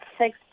six